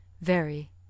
Very